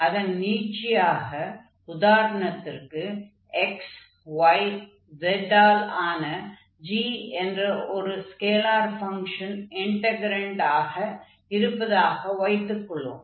அதன் நீட்சியாக உதாரணத்திற்கு x y z ஆல் ஆன g என்ற ஒரு ஸ்கேலார் ஃபங்ஷன் இன்டக்ரென்ட் ஆக இருப்பதாக வைத்துக்கொள்வோம்